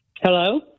Hello